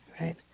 right